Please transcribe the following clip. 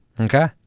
Okay